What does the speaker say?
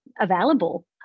available